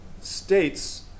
states